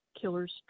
killer's